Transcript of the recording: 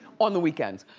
on the weekends.